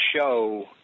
show